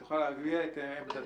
את יכולה להביע את עמדתך.